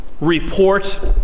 report